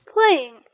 Playing